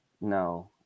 No